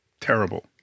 terrible